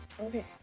Okay